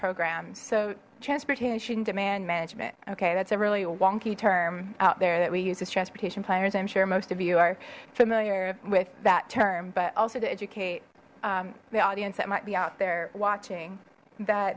programs so transportation demand management okay that's a really wonky term out there that we use as transportation planners i'm sure most of you are familiar with that term but also to educate the audience that might be out there watching that